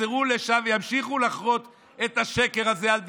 יחזרו לשם וימשיכו לחרות את השקר הזה על דגלן,